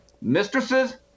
mistresses